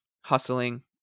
hustling